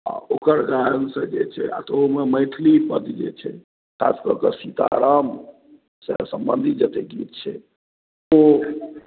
आ ओकर कारणसँ जे छै आ तहुमे मैथिलि पद्य जे छै ख़ास कऽ कऽ सीता रामसँ संबंधित जते गीत छै ओ